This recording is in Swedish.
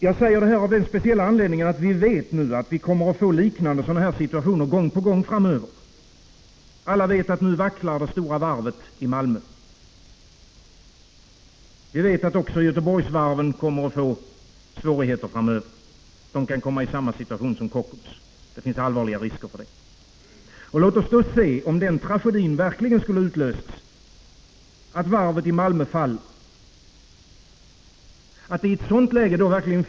Jag säger detta också därför att vi vet att vi kommer att få liknande situationer gång på gång framöver. Som alla vet vacklar nu det stora varvet i Malmö, och vi vet också att Göteborgsvarven kommer att få svårigheter framöver. Det finns allvarliga risker för att de kan komma i samma situation — Prot. 1985/86:55 som Kockums. Låt oss se till, om den tragedi som det skulle innebära att 18 december 1985 varvet i Malmö faller verkligen skulle utlösas, att det i ett sådant läge finnsen.